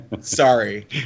Sorry